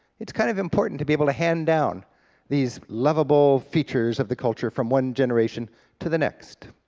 it's kind of important to be able to hand down these lovable features of the culture from one generation to the next.